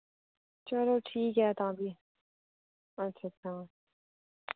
चलो ठीक ऐ तां फ्ही अच्छा अच्छा